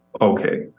okay